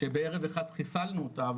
שבערב אחד חיסלנו אותה,